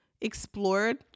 explored